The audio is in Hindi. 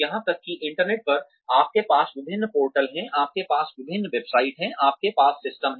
यहां तक कि इंटरनेट पर आपके पास विभिन्न पोर्टल हैं आपके पास विभिन्न वेबसाइट हैं आपके पास सिस्टम हैं